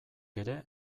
ere